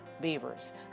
Beavers